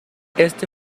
este